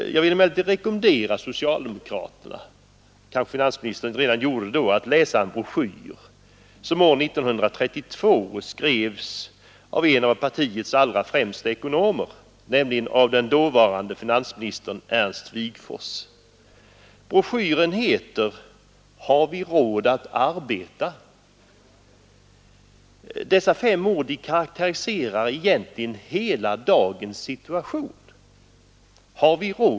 Jag vill emellertid rekommendera socialdemokraterna att läsa en broschyr kanske gjorde finansministern det redan då den var ny — som år 1932 skrevs av en av partiets främsta ekonomer, nämligen av den dåvarande finansministern Ernst Wigforss. Broschyren heter ”Har vi råd att arbeta” Dessa fem ord karakteriserar egentligen hela dagens situation.